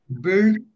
build